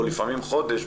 או לפעמים חודש,